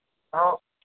ꯑꯧ